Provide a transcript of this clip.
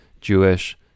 Jewish